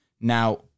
Now